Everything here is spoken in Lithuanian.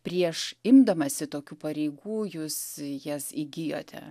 prieš imdamasi tokių pareigų jūs jas įgijote